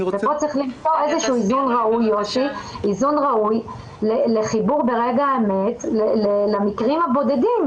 ופה צריך איזון ראוי לחיבור ברגע האמת למקרים הבודדים,